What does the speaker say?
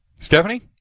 Stephanie